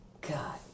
god